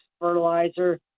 fertilizer